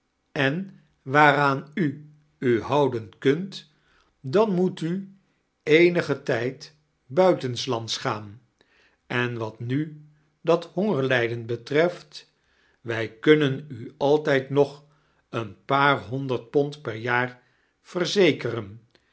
en waaraan u u houden kunt dan moet u eendgen tijd buitemsilands gaan en wat nu dat h omgerlijden betreft wij kunnen u altijd nog een paar honderd pond per jaar verzekeren